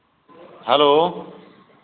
hello